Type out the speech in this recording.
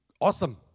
awesome